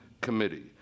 committee